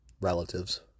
relatives